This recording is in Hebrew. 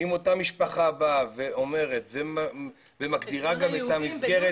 אם אותה משפחה בא ואומרת ומגדירה גם את המסגרת